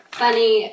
funny